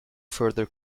further